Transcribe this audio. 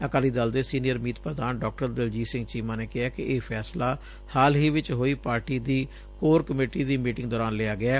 ਅਕਾਲੀ ਦਲ ਦੇ ਸੀਨੀਅਰ ਮੀਤ ਪ੍ਰਧਾਨ ਡਾ ਦਲਜੀਤ ਸਿੰਘ ਚੀਮਾ ਨੇ ਕਿਹੈ ਕਿ ਇਹ ਫੈਸਲਾ ਹਾਲ ਹੀ ਵਿਚ ਹੋਈ ਪਾਰਟੀ ਦੀ ਕੋਰ ਕਮੇਟੀ ਦੀ ਮੀਟਿੰਗ ਦੌਰਾਨ ਲਿਆ ਗਿਐ